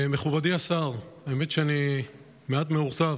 מכובדי השר, האמת היא שאני מעט מאוכזב